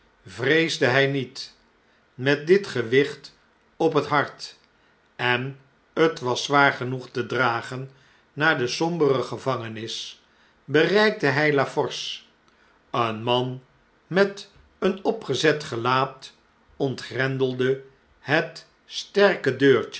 vreesde hij niet met dit gewicht op het hart en het was zwaar genoeg te dragen naar de sombere gevaugenis bereikte hjj la force een man met een opgezet gelaat ontgrendelde het sterke